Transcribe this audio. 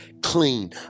clean